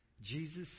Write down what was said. Jesus